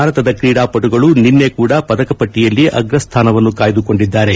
ಭಾರತದ ಕ್ರೀಡಾಪಟುಗಳು ನಿನ್ನೆ ಕೂಡ ಪದಕ ಪಟ್ಟಿಯಲ್ಲಿ ಅಗ್ರಸ್ಜಾನವನ್ನು ಕಾಯ್ದುಕೊಂಡಿದ್ದಾರೆ